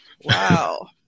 wow